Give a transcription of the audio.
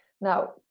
Now